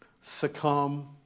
succumb